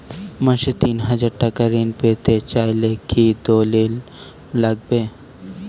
মাসে তিন হাজার টাকা ঋণ পেতে চাইলে কি দলিল লাগবে?